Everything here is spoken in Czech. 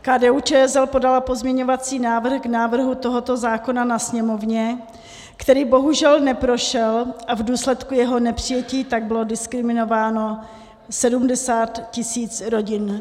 KDUČSL podala pozměňovací návrh k návrhu tohoto zákona na Sněmovně, který bohužel neprošel, a v důsledku jeho nepřijetí tak bylo diskriminováno 70 tisíc rodin.